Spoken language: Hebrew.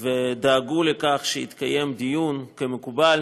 ודאגו לכך שיתקיים דיון, כמקובל,